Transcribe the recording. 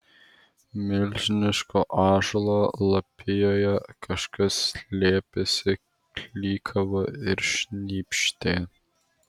milžiniško ąžuolo lapijoje kažkas slėpėsi klykavo ir šnypštė